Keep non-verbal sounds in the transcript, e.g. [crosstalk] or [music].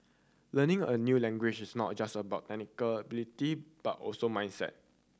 learning a new language is not just about [unintelligible] but also mindset